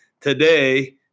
today